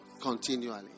continually